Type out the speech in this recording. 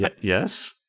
Yes